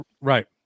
Right